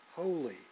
holy